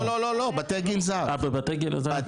לא, לא, לא, בתי גיל זהב.